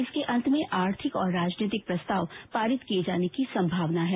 इसके अंत में आर्थिक और राजनीतिक प्रस्ताएव पारित किए जाने की संभावना है